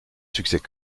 succès